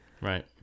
Right